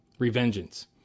Revengeance